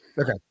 Okay